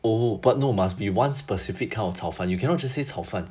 oh but no must be one specific kind of 炒饭 you cannot just say 炒饭